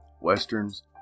westerns